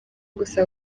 gusa